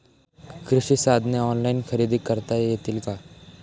कृषी साधने ऑनलाइन खरेदी करता येतील का?